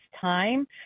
time